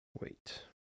Wait